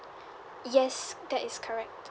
yes that is correct